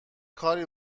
کاری